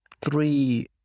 Three